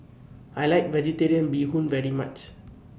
I like Vegetarian Bee Hoon very much